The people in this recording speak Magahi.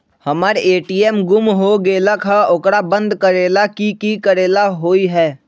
हमर ए.टी.एम गुम हो गेलक ह ओकरा बंद करेला कि कि करेला होई है?